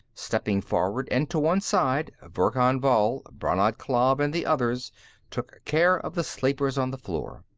stepping forward and to one side, verkan vall, brannad klav and the others took care of the sleepers on the floor.